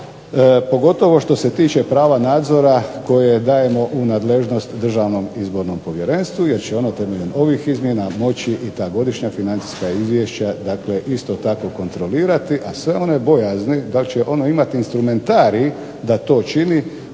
pogotovo što se tiče prava koje dajemo u nadležnost Državnom izbornom povjerenstvu jer će ono temeljem ovih izmjena moći i ta godišnja financijska izvješća isto tako kontrolirati, a sve one bojazni dal će ono imati instrumentarij da to čini